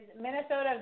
Minnesota